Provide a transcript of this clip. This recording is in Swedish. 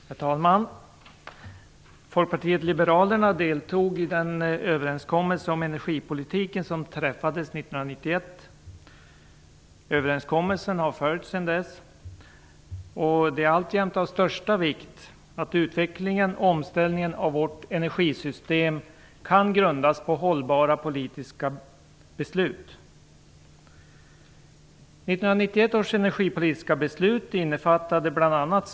Herr talman! Folkpartiet liberalerna deltog i den överenskommelse om energipolitiken som träffades 1991. Överenskommelsen har följts sedan dess. Det är alltjämt av största vikt att utvecklingen och omställningen av våra energisystem kan grundas på hållbara politiska beslut.